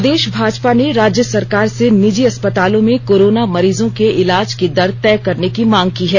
प्रदेश भाजपा ने राज्य सरकार से निजी अस्पतालों में कोरोना मरीजों के इलाज की दर तय करने की मांग की है